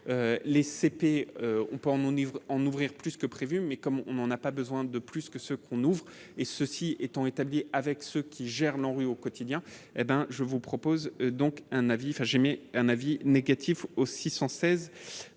en haut niveau en ouvrir plus que prévu, mais comme on n'en a pas besoin de plus que ce qu'on ouvre et ceci étant établi avec ceux qui gèrent l'ANRU au quotidien, hé ben je vous propose donc un avis, enfin j'ai